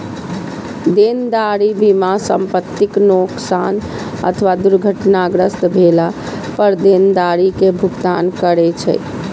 देनदारी बीमा संपतिक नोकसान अथवा दुर्घटनाग्रस्त भेला पर देनदारी के भुगतान करै छै